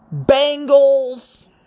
Bengals